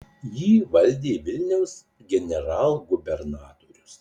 jį valdė vilniaus generalgubernatorius